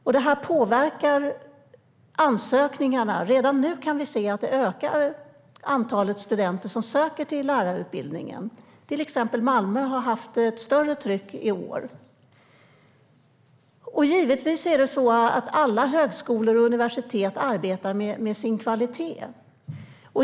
Det påverkar ansökningarna. Vi kan redan nu se att antalet studenter som söker till lärarutbildningen ökar. Till exempel Malmö har haft ett större tryck i år. Givetvis arbetar alla högskolor och universitet med sin kvalitet.